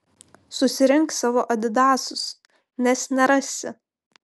susirink savo adidasus nes nerasi